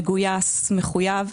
מגויס ומחויב,